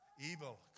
Evil